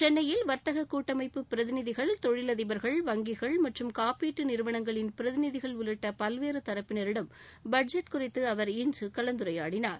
சென்னையில் வாத்தக கூட்டமைப்பு பிரதிநிதிகள் தொழிலதிபா்கள் வங்கிகள் மற்றும் காப்பீட்டு நிறுவனங்களின் பிரதிநிதிகள் உள்ளிட்ட பல்வேறு தரப்பினரிடம் பட்ஜெட் குறித்து அவர் இன்று கலந்துரையாடினார்